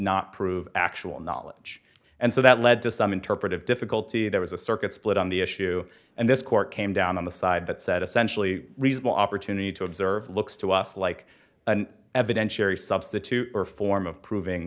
not prove actual knowledge and so that led to some interpretive difficulty there was a circuit split on the issue and this court came down on the side that said essentially reasonable opportunity to observe looks to us like an evidentiary substitute or form of proving